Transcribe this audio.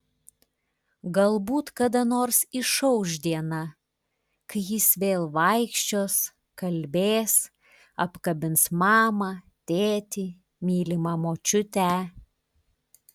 galbūt kada nors išauš diena kai jis vėl vaikščios kalbės apkabins mamą tėtį mylimą močiutę